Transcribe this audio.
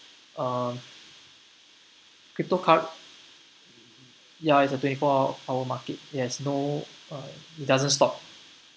uh cryptocur~ ya it's a twenty four hour market it has no uh it doesn't stop